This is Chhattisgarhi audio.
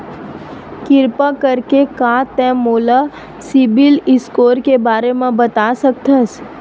किरपा करके का तै मोला सीबिल स्कोर के बारे माँ बता सकथस?